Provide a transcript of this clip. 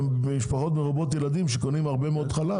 משפחות מרובות ילדים שקונות הכי הרבה חלב.